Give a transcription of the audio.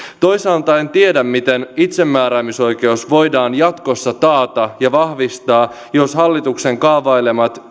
toisaalta en tiedä miten itsemääräämisoikeus voidaan jatkossa taata ja vahvistaa jos esimerkiksi hallituksen kaavailemat